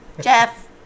Jeff